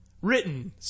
written